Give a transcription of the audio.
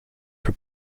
for